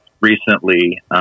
recently